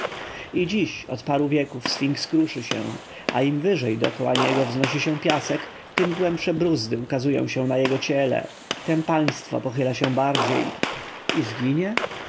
i dziś od paru wieków sfinks kruszy się a im wyżej dokoła niego wznosi się piasek im głębsze brózdy ukazują się na jego ciele tem państwo pochyla się bardziej i zginie